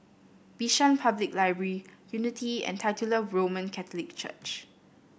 Bishan Public Library Unity and Titular Roman Catholic Church